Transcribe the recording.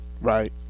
Right